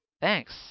thanks